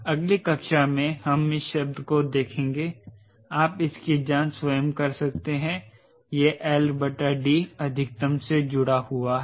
अगली कक्षा में हम इस शब्द को देखेंगे आप इसकी जांच स्वयं कर सकते हैं यह LD अधिकतम से जुड़ा हुआ है